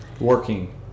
Working